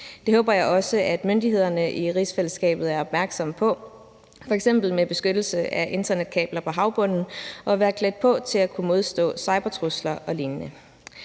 Det håber jeg også myndighederne i rigsfællesskabet er opmærksomme på, f.eks. med beskyttelse af internetkabler på havbunden og at være klædt på til at kunne modstå cybertrusler og lignende.